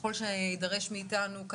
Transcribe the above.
ככל שיידרש מאתנו,